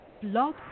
Blog